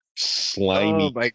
Slimy